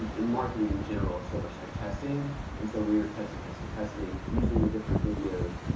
in marketing in general so much like testing and so we were testing, testing, testing, using the different videos.